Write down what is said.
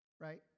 right